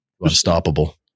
Unstoppable